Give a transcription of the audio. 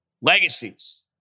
Legacies